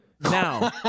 Now